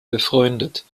befreundet